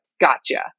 gotcha